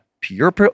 pure